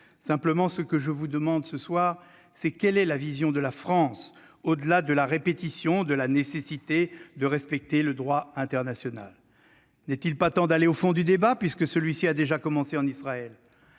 n'avez pas ménagé votre peine. Pour autant, quelle est la vision de la France, au-delà de la répétition de la nécessité de respecter le droit international ? N'est-il pas temps d'aller au fond du débat, puisque celui-ci a déjà commencé en Israël ?